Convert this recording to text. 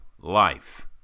life